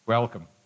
Welcome